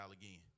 again